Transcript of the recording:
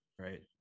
Right